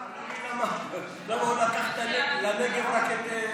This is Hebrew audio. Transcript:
אבל אני לא מבין למה הוא לקח לנגב רק את,